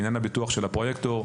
לעניין ביטוח הפרויקטור,